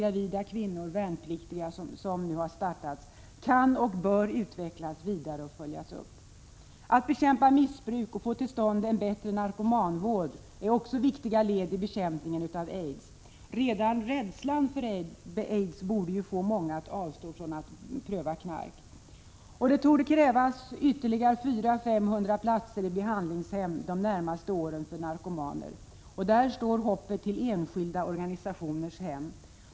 gravida kvinnor, värnpliktiga — som nu har startats kan och bör utvecklas vidare och följas upp. Att bekämpa missbruk och få till stånd en bättre narkomanvård är viktiga led i bekämpningen av aids. Redan rädslan för aids borde få många att avstå från att pröva knark. Det torde krävas ytterligare 400-500 platser i behandlingshem de närmaste åren för narkomaner. Hoppet står till de enskilda organisationernas hem.